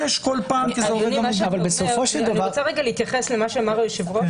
אני רוצה להתייחס למה שאמר היושב-ראש.